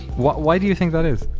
why why do you think that is?